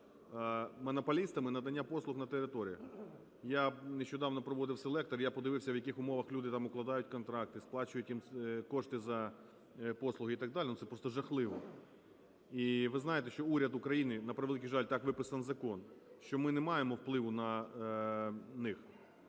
монополістами, надання послуг на територіях. Я нещодавно проводив селектор, я подивився, в яких умовах люди там укладають контракти, сплачують їм кошти за послуги і так далі. Ну, це просто жахливо. І ви знаєте, що уряд України, на превеликий жаль, так виписаний закон, що ми не маємо впливу на них.